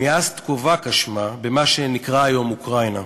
מיאסטקובְקה שמה, במה שנקרא כיום אוקראינה.